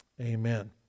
Amen